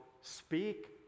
speak